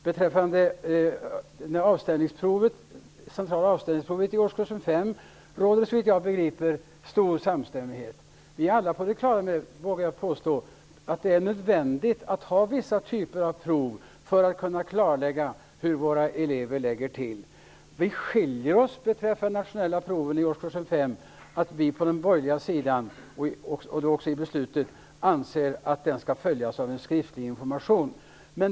5 råder det, såvitt jag begriper, stor samstämmighet. Jag vågar påstå att vi alla är på det klara med att det är nödvändigt att ha vissa typer av prov för att kunna klarlägga hur våra elever ligger till. Beträffande de nationella proven i årskurs 5 skiljer vi oss åt genom att vi på den borgerliga sidan anser att dessa skall följas av en skriftlig information.